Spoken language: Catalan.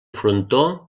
frontó